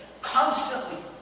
Constantly